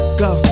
go